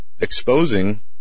exposing